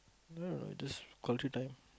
no no no this time